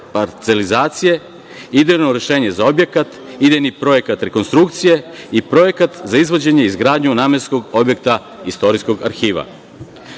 parcelizacije, idejno rešenje za objekat, idejni projekat rekonstrukcije i projekat za izvođenje i izgradnju namenskog objekta istorijsko